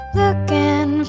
looking